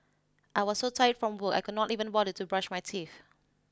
I was so tired from work I could not even bother to brush my teeth